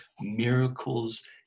miracles